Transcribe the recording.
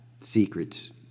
secrets